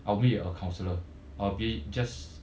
I won't be a counsellor I'll be just